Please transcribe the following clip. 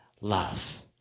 love